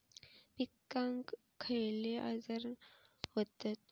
पिकांक खयले आजार व्हतत?